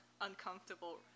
uncomfortable